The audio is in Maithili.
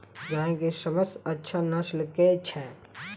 गाय केँ सबसँ अच्छा नस्ल केँ छैय?